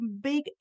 big